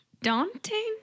daunting